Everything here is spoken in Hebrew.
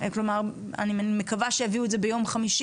כלומר אני מקווה שיביאו את זה ביום חמישי